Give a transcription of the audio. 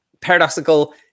paradoxical